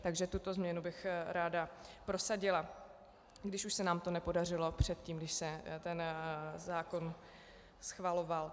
Takže tuto změnu bych ráda prosadila, když už se nám to nepodařilo předtím, když se zákon schvaloval.